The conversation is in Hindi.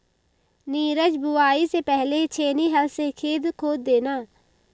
नीरज बुवाई से पहले छेनी हल से खेत खोद देना